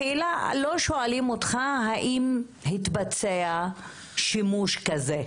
לא שואלים אותך האם התבצע שימוש כזה.